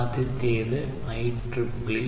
ആദ്യത്തേത് IEEE 802